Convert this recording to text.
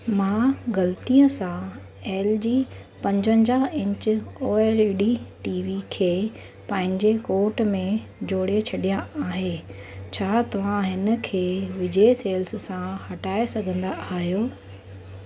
मां गलतीअ सां एल जी पंजवंजाह inch O L E D T V खे पंहिंजे कोट में जोड़े छॾिया आहे छा तव्हां हिनखे विजय सेल्स सां हटाए सघंदा आहियो